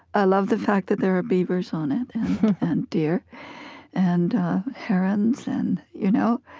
i love the fact that there are beavers on it and deer and herons and, you know.